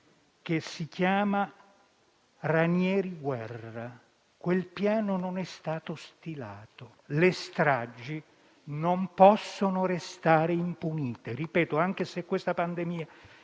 che si chiama Ranieri Guerra, ma non è stato fatto. Le stragi non possono restare impunite. Anche se questa pandemia